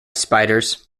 spiders